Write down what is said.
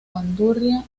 asturiana